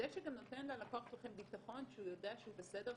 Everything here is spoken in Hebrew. זה שנותן ללקוח שלכם ביטחון שהוא יודע שהוא בסדר,